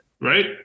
Right